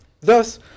Thus